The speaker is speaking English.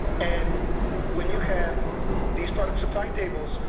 and when you have these products supply tables,